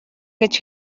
гэж